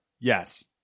yes